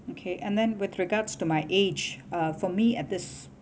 okay and then with regards to my age uh for me at this